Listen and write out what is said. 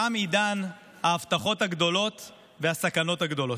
תם עידן ההבטחות הגדולות והסכנות הגדולות.